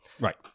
Right